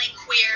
queer